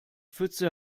pfütze